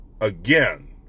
again